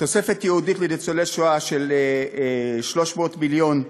תוספת ייעודית לניצולי שואה של 300 מיליון,